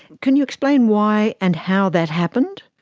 can you explain why and how that happened?